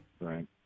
Right